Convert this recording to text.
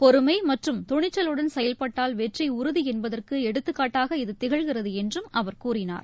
பொறுமை மற்றும் துணிச்சலுடன் செயல்பட்டால் வெற்றி உறுதி என்பதற்கும் எடுத்துக்காட்டாக இது திகழ்கிறது என்றும் அவர் கூறினார்